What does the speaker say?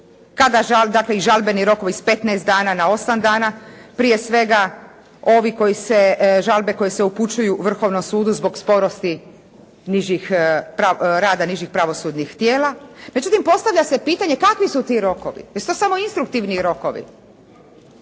i žalbeni rokovi s 15 dana na 8 dana. Prije svega ovi koji se žalbe koje se upućuju Vrhovnom sudu zbog sporosti rada nižih pravosudnih tijela. Međutim, postavlja se pitanje kakvi su ti rokovi? Jesu li to samo instruktivni rokovi?